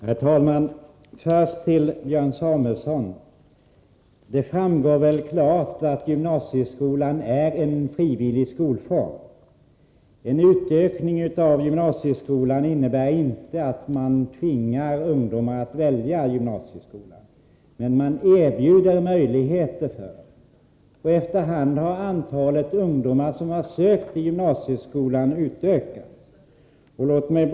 Herr talman! Först till Björn Samuelson: Det framgår klart att gymnasieskolan är en frivillig skolform. En utökning av gymnasieskolan innebär inte att man tvingar ungdomar att välja gymnasieskola, men man erbjuder möjligheten för dem. Efter hand har antalet ungdomar som sökt till gymnasieskolan ökat.